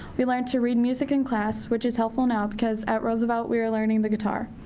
we learned to read music in class, which is helpful now because at roosevelt we are learning the guitar.